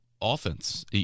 offense